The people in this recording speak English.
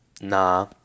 Nah